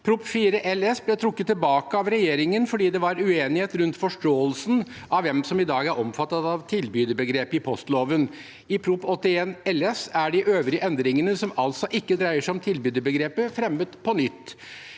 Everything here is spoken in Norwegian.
2023–2023 ble trukket tilbake av regjeringen fordi det var uenighet rundt forståelsen av hvem som i dag er omfattet av tilbyderbegrepet i postloven. I Prop. 81 LS for 2022–2023 er de øvrige endringene, som altså ikke dreier seg om tilbyderbegrepet, fremmet på nytt.